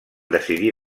decidir